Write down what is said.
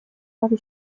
ravi